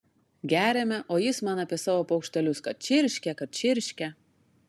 geriame o jis man apie savo paukštelius kad čirškia kad čirškia